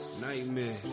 Nightmare